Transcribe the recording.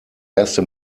erste